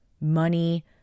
money